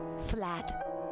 Flat